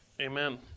amen